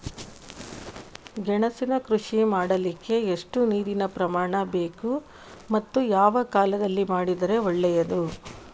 ಗೆಣಸಿನ ಕೃಷಿ ಮಾಡಲಿಕ್ಕೆ ಎಷ್ಟು ನೀರಿನ ಪ್ರಮಾಣ ಬೇಕು ಮತ್ತು ಯಾವ ಕಾಲದಲ್ಲಿ ಮಾಡಿದರೆ ಒಳ್ಳೆಯದು?